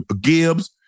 Gibbs